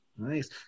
Nice